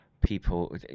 people